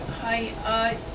Hi